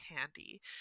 candy